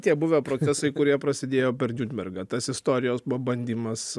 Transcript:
tie buvę procesai kurie prasidėjo per niurnbergą tas istorijos buvo bandymas